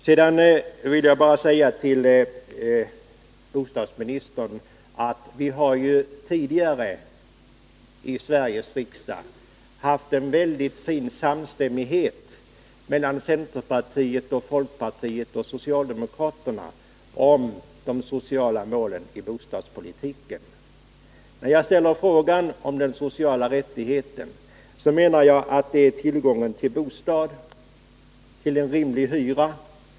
Sedan vill jag bara säga till bostadsministern att vi har ju tidigare i Sveriges riksdag haft en väldigt fin samstämmighet mellan centerpartiet, folkpartiet och socialdemokraterna om de sociala målen i bostadspolitiken. När jag ställer frågan om den sociala rättigheten, så menar jag tillgången till bostad till en rimlig hyra.